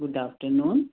good afternoon